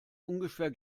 ungefähr